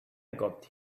got